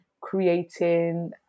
creating